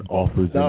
offers